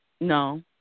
No